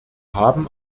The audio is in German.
haben